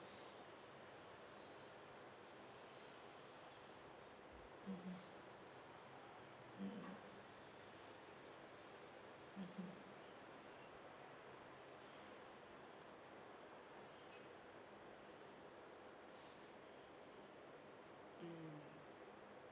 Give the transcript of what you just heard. mmhmm mmhmm mmhmm mm